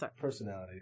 personality